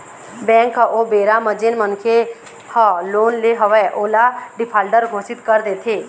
bank ह ओ बेरा म जेन मनखे ह लोन ले हवय ओला डिफाल्टर घोसित कर देथे